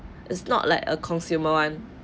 it's not like a consumer one